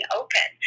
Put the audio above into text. open